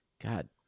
God